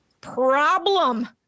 problem